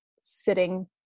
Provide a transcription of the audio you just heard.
sitting